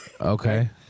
Okay